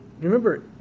Remember